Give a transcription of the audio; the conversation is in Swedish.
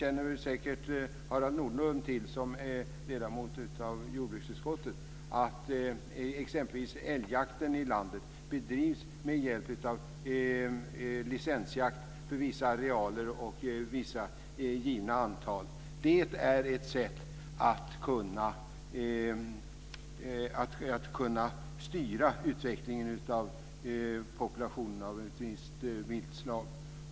Harald Nordlund, som är ledamot av jordbruksutskottet, känner säkert till att t.ex. älgjakten i landet bedrivs med hjälp av licensjakt inom vissa arealer och med vissa givna antal. Det är ett sätt att styra utvecklingen av populationen av ett visst viltslag.